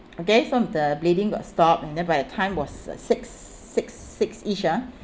okay so the bleeding got stopped and then by the time was uh six six six-ish ah